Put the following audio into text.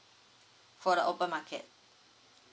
from the open market